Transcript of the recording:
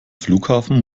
flughafen